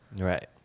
right